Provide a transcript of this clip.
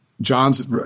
John's